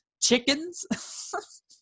chickens